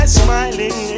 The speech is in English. smiling